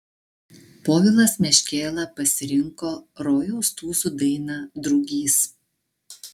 povilas meškėla pasirinko rojaus tūzų dainą drugys